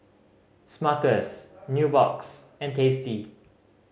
Smuckers Nubox and Tasty